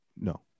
no